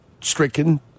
stricken